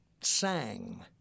sang